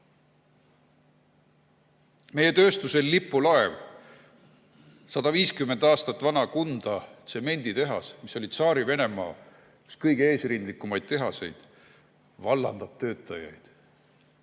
Meie tööstuse lipulaev, 150 aastat vana Kunda tsemenditehas, mis oli üks Tsaari-Venemaa kõige eesrindlikumaid tehaseid, vallandab töötajaid.